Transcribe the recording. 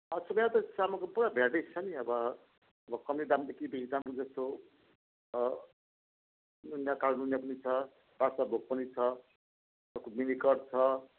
चामलको पुरा भेराइटिज छ नि अब अब कम्ती दामदेखि बेसी दाम जस्तो नुनिया कालो नुनिया पनि छ बादसाह भोग पनि छ तपाईँको मिनिकट छ